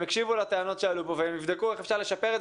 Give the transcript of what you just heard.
הקשיבו לטענות שעלו פה והן יבדקו איך אפשר להשתפר.